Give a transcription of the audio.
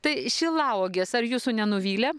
tai šilauogės ar jūsų nenuvylė